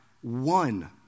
one